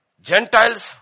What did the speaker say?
Gentiles